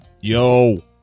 Yo